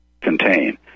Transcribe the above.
contain